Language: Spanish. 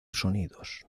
sonidos